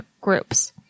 groups